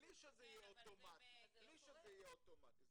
בלי שזה יהיה אוטומטי.